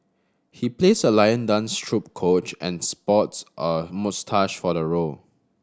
he plays a lion dance troupe coach and sports a moustache for the role